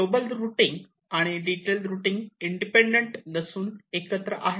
global routing आणि detail routing independent नसून एकत्र आहेत